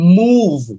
move